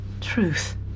truth